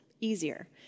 easier